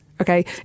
okay